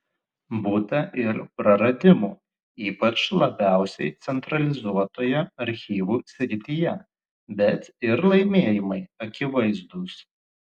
būta ir praradimų ypač labiausiai centralizuotoje archyvų srityje bet ir laimėjimai akivaizdūs